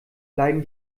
bleiben